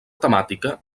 temàtica